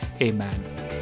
Amen